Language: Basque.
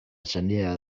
senidea